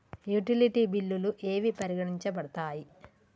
Utility బిల్లులు ఏవి పరిగణించబడతాయి?